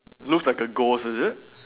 looks like a ghost is it